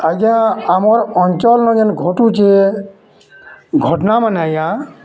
ଆଜ୍ଞା ଆମର୍ ଅଞ୍ଚଲ୍ନ ଯେନ୍ ଘଟୁଚେ ଘଟନାମାନେ ଆଜ୍ଞା